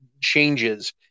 changes